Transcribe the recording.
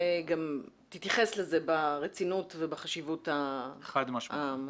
וגם תתייחס לזה ברצינות ובחשיבות המתאימה.